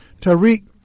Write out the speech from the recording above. Tariq